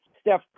Steph